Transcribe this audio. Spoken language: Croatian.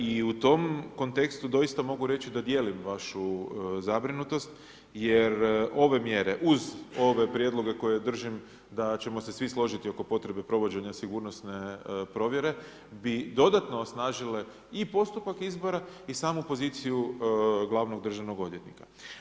I u tom kontekstu doista mogu reći da dijelim vašu zabrinutost, jer ove mjere uz ove prijedloge koje držim da ćemo se svi složiti oko potrebe provođenja sigurnosne provjere bi dodatno osnažile i postupak izbora i samu poziciju glavnog državnog odvjetnika.